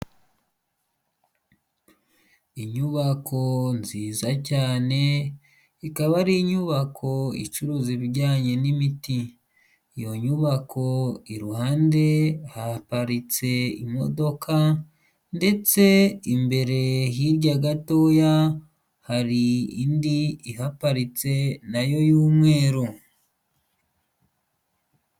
Inyubako nziza cyane ikaba ari inyubako icuruza ibijyanye n'imiti, iyo nyubako iruhande haparitse imodoka ndetse imbere hirya gatoya hari indi ihaparitse nayo y'umweru.